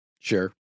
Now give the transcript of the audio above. sure